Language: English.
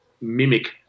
mimic